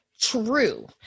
True